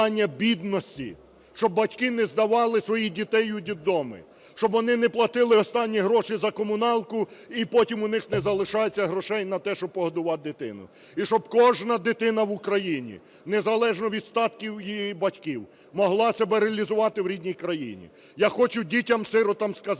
Я хочу дітям-сиротам сказати,